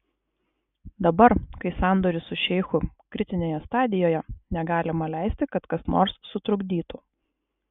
dabar kai sandoris su šeichu kritinėje stadijoje negalima leisti kad kas nors sutrukdytų